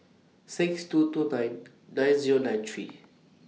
six two two nine nine Zero nine three